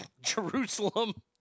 Jerusalem